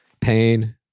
pain